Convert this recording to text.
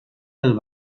del